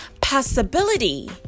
possibility